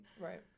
Right